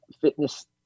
fitness